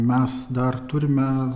mes dar turime